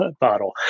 bottle